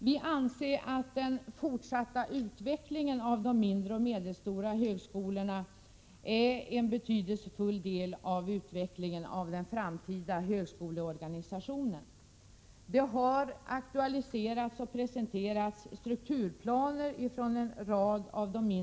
Vi anser att den fortsatta utvecklingen av de mindre och medelstora högskolorna är en betydelsefull del av utvecklingen av den framtida högskoleorganisationen. Det har från en rad mindre högskolor aktualiserats och presenterats strukturplaner.